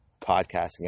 podcasting